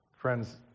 Friends